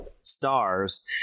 Stars